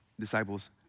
disciples